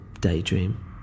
daydream